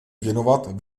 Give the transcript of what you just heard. věnovat